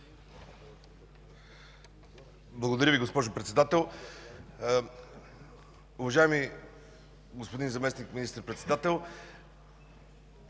Благодаря Ви, госпожо Председател. Уважаеми господин Заместник министър-председател,